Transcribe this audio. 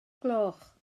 gloch